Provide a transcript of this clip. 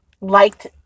liked